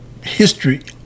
history